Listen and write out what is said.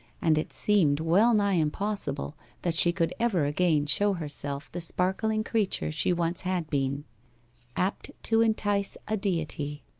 and it seemed well-nigh impossible that she could ever again show herself the sparkling creature she once had been apt to entice a deity